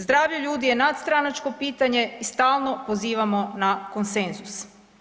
Zdravlje ljudi je nadstranačko pitanje i stalno pozivamo na konsenzus.